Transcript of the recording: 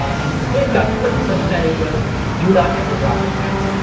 and the bit got flipped such that it was do not ever drop this packet.